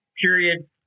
period